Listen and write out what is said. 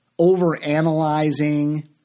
overanalyzing